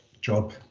job